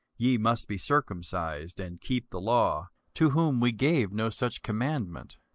ye must be circumcised, and keep the law to whom we gave no such commandment